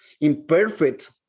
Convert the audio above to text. Imperfect